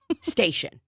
station